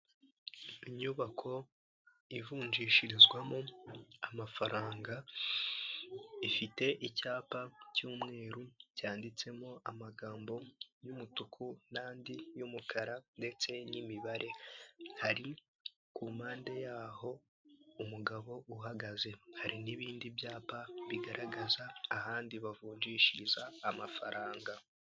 Inyubako ivunjishirizwamo amafaranga ifite icyapa cy'umweru cyanditsemo amagambo y'umutuku, n'andi yumukara ndetse n'imibare, hari ku mpande yaho umugabo uhagaze, hari n'ibindi byapa bigaragaza ahandi bavunjishiriza amafaranga.